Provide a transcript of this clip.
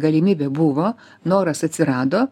galimybė buvo noras atsirado